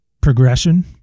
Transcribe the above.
progression